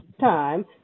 time